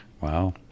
Wow